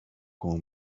como